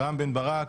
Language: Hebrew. רם בן ברק,